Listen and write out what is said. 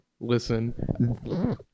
Listen